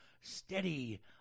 Steady